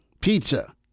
pizza